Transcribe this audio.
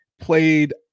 played